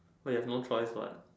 we have no choice what